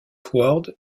word